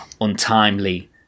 untimely